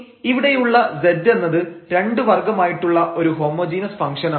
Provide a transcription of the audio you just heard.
ഇനി ഇവിടെയുള്ള z എന്നത് 2 വർഗ്ഗമായിട്ടുള്ള ഒരു ഹോമോജീനസ് ഫംഗ്ഷൻ ആണ്